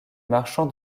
marchands